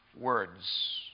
words